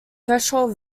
threshold